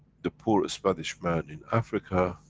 the poor spanish man in africa,